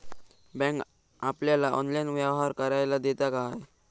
Bank आपल्याला online व्यवहार करायला देता काय?